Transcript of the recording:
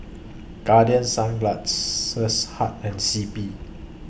Guardian Sunglass Hut and C P